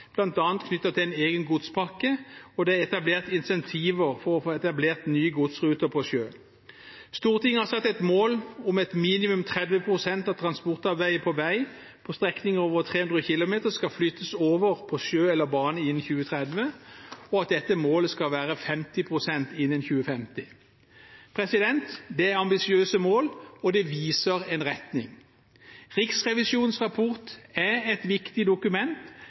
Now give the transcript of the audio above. bl.a. knyttet til en egen godspakke, og det er etablert incentiver for å få etablert nye godsruter på sjø. Stortinget har satt et mål om at minimum 30 pst. av transportarbeidet på vei, på strekninger over 300 km, skal flyttes over på sjø eller bane innen 2030, og at dette målet skal være 50 pst. innen 2050. Det er ambisiøse mål, og det viser en retning. Riksrevisjonens rapport er et viktig dokument,